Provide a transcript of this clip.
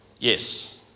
Yes